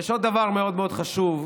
ויש עוד דבר מאוד מאוד חשוב,